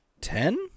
ten